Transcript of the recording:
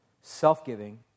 self-giving